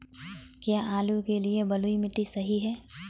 क्या आलू के लिए बलुई मिट्टी सही है?